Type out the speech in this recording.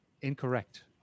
Incorrect